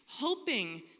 hoping